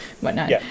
whatnot